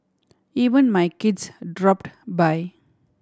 even my kids dropped by